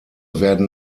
werden